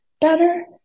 better